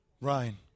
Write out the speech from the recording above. Ryan